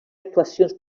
actuacions